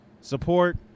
support